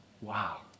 wow